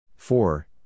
Four